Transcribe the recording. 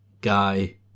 guy